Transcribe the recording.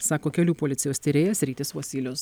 sako kelių policijos tyrėjas rytis vosylius